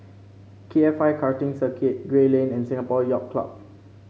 K F I Karting Circuit Gray Lane and Singapore Yacht Club